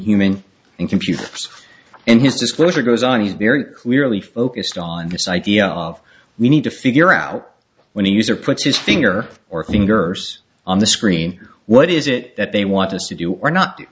human and computer and his disclosure goes on he's very clearly focused on this idea of we need to figure out when the user puts his finger or fingers on the screen what is it that they want us to do or not